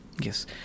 Yes